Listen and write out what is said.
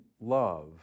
love